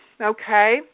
okay